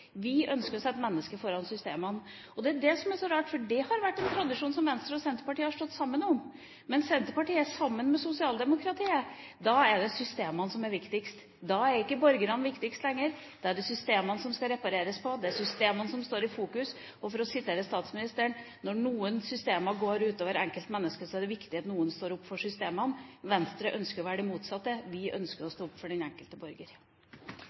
Vi ønsker å sette mennesket foran systemene. Det er det som er så rart, for det har vært en tradisjon som Venstre og Senterpartiet har stått sammen om. Men Senterpartiet er sammen med sosialdemokratene. Da er det systemene som er viktigst. Da er ikke borgerne viktigst lenger. Da er det systemene som skal repareres, og det er systemene som står i fokus, og for å si som statsministeren: Når noen systemer går ut over enkeltmennesket, er det viktig at noen står opp for systemene. Venstre ønsker å gjøre det motsatte. Vi ønsker å stå opp for den enkelte borger.